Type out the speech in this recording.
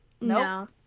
No